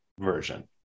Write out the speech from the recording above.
version